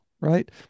right